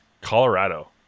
Colorado